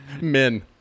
Men